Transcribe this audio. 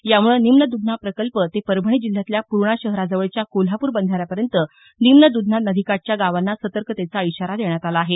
यामुळे निम्न दुधना प्रकल्प ते परभणी जिल्ह्यातल्या पूर्णा शहराजवळच्या कोल्हापूर बंधाऱ्यापर्यंत निम्न दुधना नदीकाठाच्या गावांना सतर्कतेचा इशारा देण्यात आला आहे